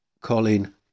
colin